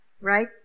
right